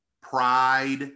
pride